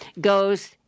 goes